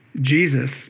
Jesus